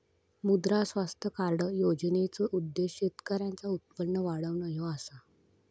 मुद्रा स्वास्थ्य कार्ड योजनेचो उद्देश्य शेतकऱ्यांचा उत्पन्न वाढवणा ह्यो असा